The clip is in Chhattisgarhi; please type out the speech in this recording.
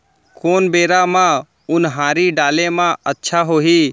कोन बेरा म उनहारी डाले म अच्छा होही?